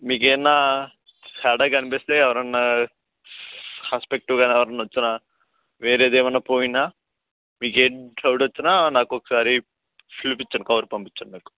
మీకేమన్నా తేడాగా అనిపిస్తే ఎవరన్నా సస్పెక్టివ్గా ఎవరన్నా వచ్చినా వేరేది ఏమైనా పోయినా మీకేం డౌట్ వచ్చినా నాకు ఒకసారి పిలిపిచ్చండి కబురు పంపించండి నాకు